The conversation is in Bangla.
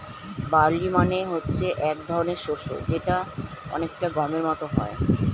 বার্লি মানে হচ্ছে এক ধরনের শস্য যেটা অনেকটা গমের মত হয়